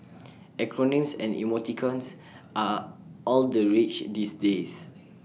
acronyms and emoticons are all the rage these days